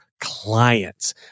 clients